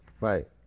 Right